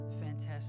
fantastic